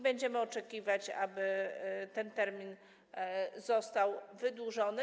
Będziemy oczekiwać, żeby ten termin został wydłużony.